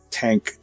tank